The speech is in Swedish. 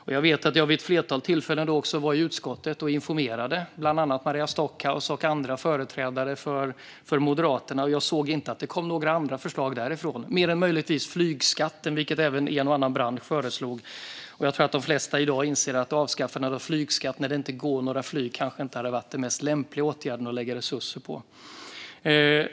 Vid ett flertal tillfällen var jag i utskottet och informerade bland annat Maria Stockhaus och andra företrädare för Moderaterna. Jag såg inte att det kom några andra förslag därifrån, mer än möjligtvis avskaffande av flygskatten, vilket även en och annan bransch föreslog. Jag tror att de flesta i dag inser att ett avskaffande av flygskatten när det inte går några flyg kanske inte hade varit den lämpligaste åtgärden att lägga resurser på.